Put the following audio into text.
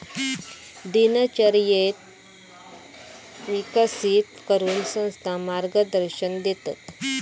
दिनचर्येक विकसित करूक संस्था मार्गदर्शन देतत